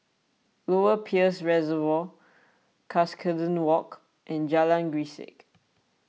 Lower Peirce Reservoir Cuscaden Walk and Jalan Grisek